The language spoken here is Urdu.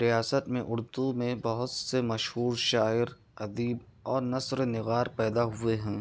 ریاست میں اردو میں بہت سے مشہور شاعر ادیب اور نثر نگار پیدا ہوئے ہیں